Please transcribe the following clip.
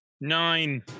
Nine